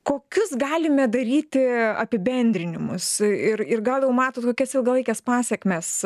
kokius galime daryti apibendrinimus ir ir gal jau matot kokias ilgalaikes pasekmes